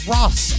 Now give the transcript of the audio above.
Ross